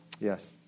Yes